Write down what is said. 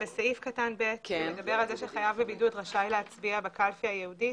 בסעיף קטן (ב) שמדבר על זה שחייב בבידוד רשאי להצביע בקלפי הייעודית.